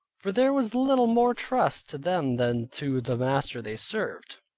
for there was little more trust to them than to the master they served.